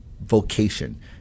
vocation